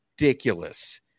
ridiculous